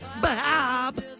Bob